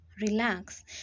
relax